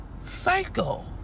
Psycho